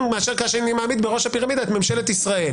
מאשר כאשר אני מעמיד בראש הפירמידה את ממשלת ישראל?